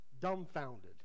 dumbfounded